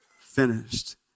finished